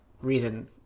reason-